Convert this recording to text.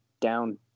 down